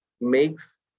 makes